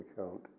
account